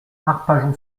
arpajon